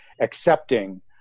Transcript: accepting